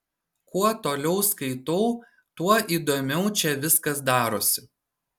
kuo toliau skaitau tuo įdomiau čia viskas darosi